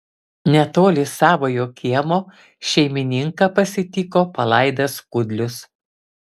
netoli savojo kiemo šeimininką pasitiko palaidas kudlius